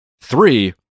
Three